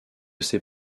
ses